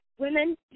women